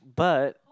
but